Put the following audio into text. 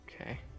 Okay